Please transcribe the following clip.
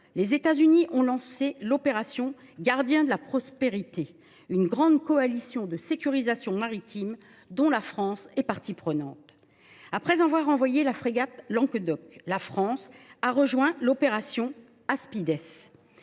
les États Unis ont lancé l’opération Gardien de la prospérité, fondée sur une grande coalition de sécurisation maritime, dont la France est partie prenante. Après avoir envoyé la frégate, la France a également rejoint l’opération Aspides.